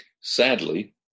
Sadly